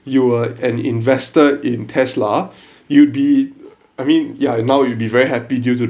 you were an investor in tesla you'd be I mean yeah now you'll be very happy due to